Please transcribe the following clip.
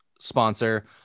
sponsor